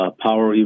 power